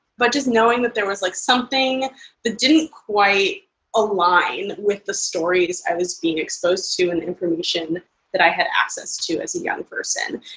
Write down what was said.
but just knowing that there was like something that didn't quite align with the stories i was being exposed to and the information that i had access to as a young person.